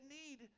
need